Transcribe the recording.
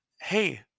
Hey